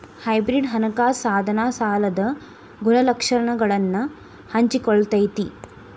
hybrid ಹಣಕಾಸ ಸಾಧನ ಸಾಲದ ಗುಣಲಕ್ಷಣಗಳನ್ನ ಹಂಚಿಕೊಳ್ಳತೈತಿ